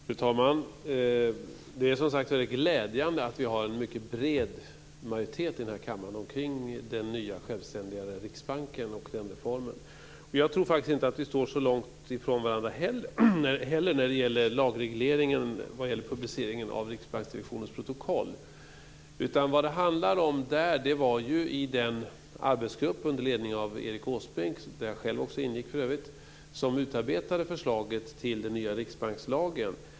Fru talman! Det är som sagt väldigt glädjande att vi har en bred majoritet här i kammaren i frågan om den nya, självständiga Riksbanken och den reformen. Jag tror inte heller att vi står så väldigt långt ifrån varandra när det gäller lagregleringen med anledning av publiceringen av riksbanksdirektionens protokoll. Det handlar om den arbetsgrupp som under ledning av Erik Åsbrink - jag själv ingick också i den för övrigt - utarbetade förslaget till den nya riksbankslagen.